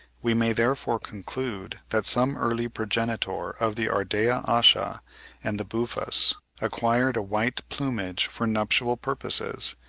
we may therefore conclude that some early progenitor of the ardea asha and the buphus acquired a white plumage for nuptial purposes,